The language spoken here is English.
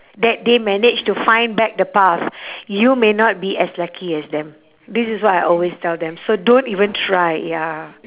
that they managed to find back the path you may not be as lucky as them this is what I always tell them so don't even try ya